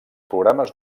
programes